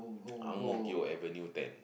ang-mo-kio avenue ten